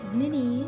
mini